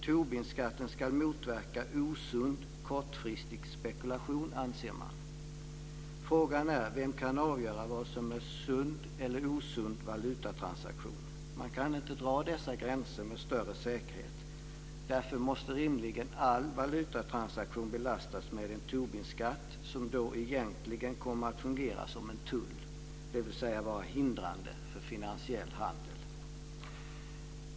Tobinskatten ska motverka osund kortfristig spekulation, anser man. Frågan är vem som kan avgöra vad som är sund eller osund valutatransaktion. Man kan inte dra dessa gränser med någon större säkerhet. Därför måste rimligen all valutatransaktion belastas med en Tobinskatt, som då egentligen kommer att fungera som en tull - dvs. vara hindrande för finansiell handel.